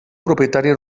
propietari